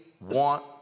want